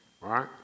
right